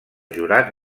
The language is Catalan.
jurat